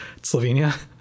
Slovenia